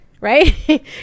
right